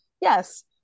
yes